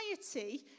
society